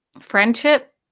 Friendship